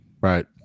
Right